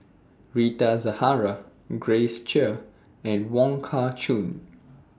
Rita Zahara Grace Chia and Wong Kah Chun